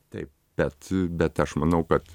taip bet bet aš manau kad